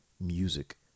music